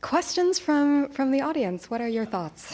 questions from from the audience what are your thoughts